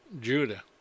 Judah